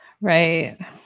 Right